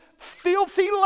Filthy